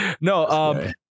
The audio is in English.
No